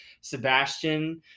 Sebastian